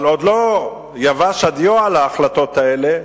אבל עוד לא יבש הדיו על ההחלטות האלה,